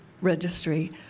Registry